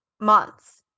months